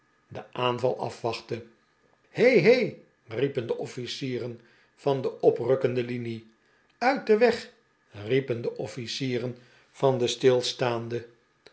deii aanval afwachtte hei hei hei riepen de officieren van de oprukkende linie uit den weg riepen de officieren van de stilstaande